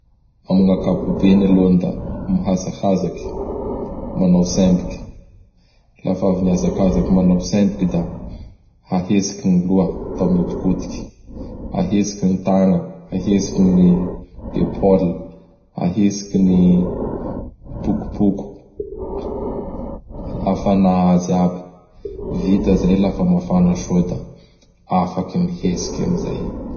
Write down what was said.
Am gn' ankapobeny aloany da mihazakazaky. Manao tsemboky. Lafa avy miazakazaky manao tsembok y; da ahetsiky gny loha atao mihodikodiky, ahetsiky gny tagna, ahetsiky gn' épaule, ahetsiky ny pokopoko; afanà azy aby. Vita zay, laha fa mafana soa da afaky mihetsiky amizay.